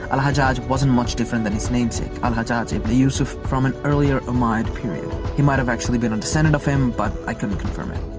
al-hajjaj wasn't much different than his namesake, al-hajjaj ibn yusuf, from and earlier umayyad period. he might've actually been a descendant of him but i couldn't confirm it.